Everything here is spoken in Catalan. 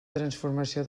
transformació